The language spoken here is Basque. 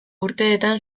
urteetan